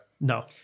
no